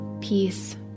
peace